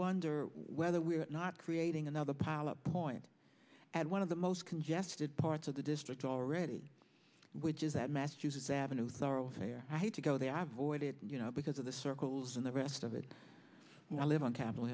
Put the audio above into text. wonder whether we're not creating another pilot point at one of the most congested parts the district already which is that massachusetts avenue thorough thier right to go there i voided because of the circles and the rest of it and i live on capitol